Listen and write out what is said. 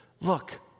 look